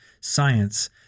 science